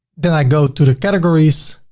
then i go to the categories,